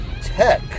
Tech